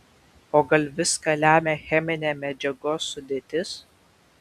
o gal viską lemia cheminė medžiagos sudėtis